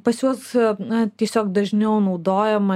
pas juos na tiesiog dažniau naudojama